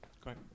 Great